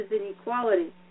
inequality